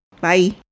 Bye